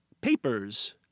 Papers